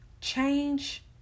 Change